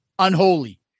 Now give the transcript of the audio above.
Unholy